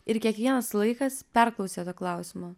ir kiekvienas laikas perklausia to klausimo